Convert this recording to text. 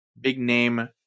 big-name